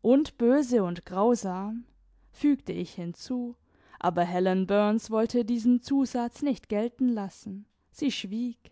und böse und grausam fügte ich hinzu aber helen burns wollte diesen zusatz nicht gelten lassen sie schwieg